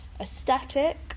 aesthetic